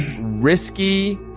risky